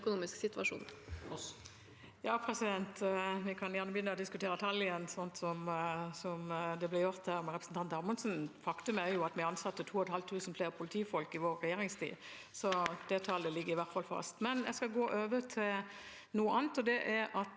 (H) Vi kan gjerne begynne å diskutere tall igjen, som det ble gjort her med representanten Amundsen. Faktum er at vi ansatte 2 500 flere politifolk i vår regjeringstid. Det tallet ligger i hvert fall fast. Jeg skal gå over til noe annet, og det er at